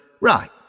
Right